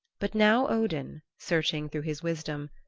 but now odin, searching through his wisdom,